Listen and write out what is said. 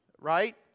right